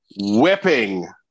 Whipping